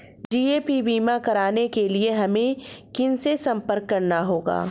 GAP बीमा कराने के लिए हमें किनसे संपर्क करना होगा?